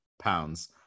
pounds